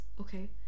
okay